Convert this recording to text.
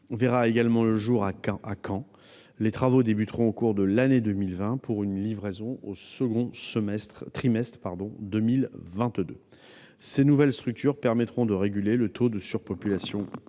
verra également le jour à Caen. Les travaux commenceront au cours de l'année 2020, pour une livraison au deuxième trimestre 2022. Ces nouvelles structures permettront de réguler le taux de surpopulation